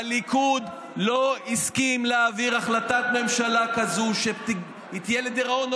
הליכוד לא הסכים להעביר החלטת ממשלה כזאת שתהיה לדיראון עולם.